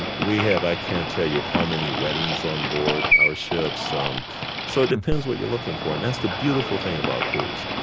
and we have i can't tell you how many weddings on board our ships, um so it depends what you're looking for, and that's the beautiful thing about cruise.